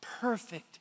perfect